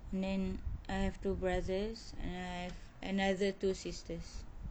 then I have two brothers and then I have another two sisters